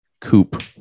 coupe